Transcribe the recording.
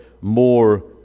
more